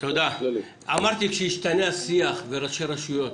אמרתי שכשישתנה השיח וראשי רשויות,